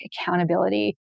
accountability